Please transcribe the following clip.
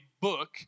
book